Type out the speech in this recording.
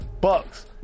Bucks